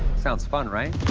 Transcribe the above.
sounds fun, right?